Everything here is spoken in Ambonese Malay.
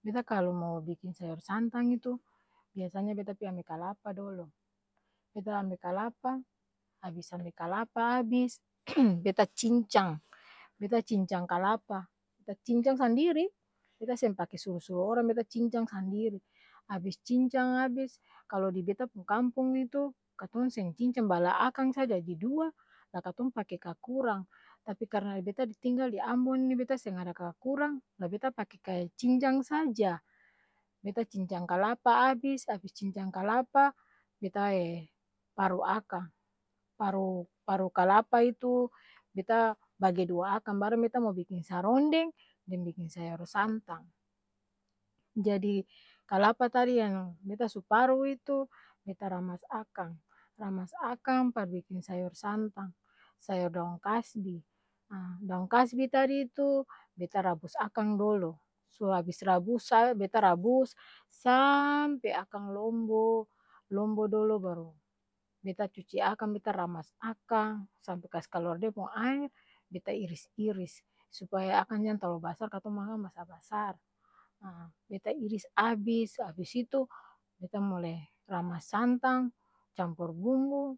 Beta kalo mau biking sayor santang itu, biasa nya beta pi ambe kalapa dolo, beta ambe kalapa abis ambe kalapa abis, beta cincang, beta cincang kalapa, beta cincang sandiri! Beta seng pake suru-suru orang beta cincang sandiri, abis cincang abis, kalo di beta pung kampong itu, katong seng cincang, bala akang sa jadi dua, la katong pake kakurang tapi karna beta tinggal di ambon ni beta seng ada kakurang, la beta kae cincang saja, beta cincang kalapa abis, abis cincang kalapa, beta ee paru akang, paru paru-kalapa itu, beta bage dua akang barang beta mo biking sarondeng, deng biking sayor santang, jadi, kalapa tadi yang beta su paru itu beta ramas akang, ramas akang par biking sayor santang, sayor daong kasbi, haa daong kasbi tadi tu beta rabus akang dolo, su abis rabus sayor beta rabus, saaampe akang lombo, lombo dolo baru, beta cuci akang, beta ramas akang, sampe kas kaluar dia pung aer, beta iris-iris, supaya akang jang talalu basar katong makang basar-basar, haa beta iris abis, abis itu beta mulai ramas santang, campor bumbu,